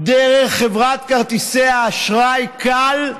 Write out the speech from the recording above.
דרך חברת כרטיסי האשראי Cal,